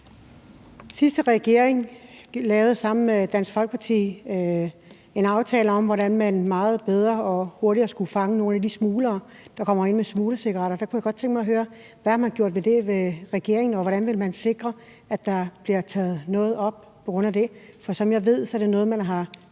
sidste regering lavede sammen med Dansk Folkeparti en aftale om, hvordan man meget bedre og hurtigere skulle fange nogle af de smuglere, der kommer ind i landet med smuglercigaretter. Og der kunne jeg godt tænke mig at høre: Hvad har man gjort ved det fra regeringens side, og hvordan vil man sikre, at der bliver taget noget op på grund af det? For som jeg ved, er det noget, man har